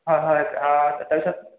হয় হয় তাৰপিছত